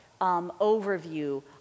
overview